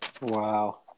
Wow